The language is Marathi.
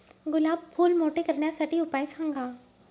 गुलाब फूल मोठे करण्यासाठी उपाय सांगा?